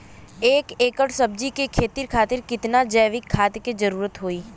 एक एकड़ सब्जी के खेती खातिर कितना जैविक खाद के जरूरत होई?